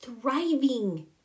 thriving